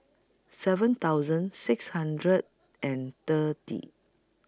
seven thousand six hundred and thirty